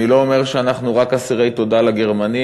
אני לא אומר שאנחנו רק אסירי תודה לגרמנים,